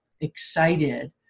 excited